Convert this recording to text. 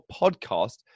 podcast